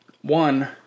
one